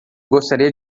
gostaria